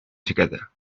together